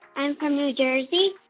i'm from new jersey.